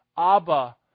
Abba